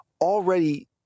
already